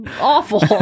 awful